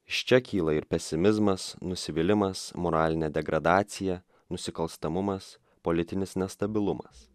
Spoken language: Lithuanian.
iš čia kyla ir pesimizmas nusivylimas moralinė degradacija nusikalstamumas politinis nestabilumas